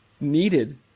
needed